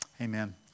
Amen